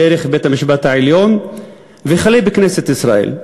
דרך בית-המשפט העליון וכלה בכנסת ישראל.